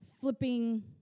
flipping